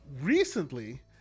recently